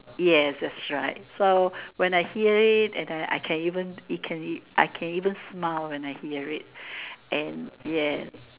yes that's right so when I hear it and I I can even it can even I can even smile when I hear it and yes